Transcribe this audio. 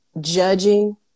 judging